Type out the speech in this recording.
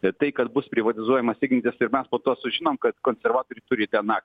kad tai kad bus privatizuojamas ignitis ir po to sužinom kad konservatoriai turi ten akcijų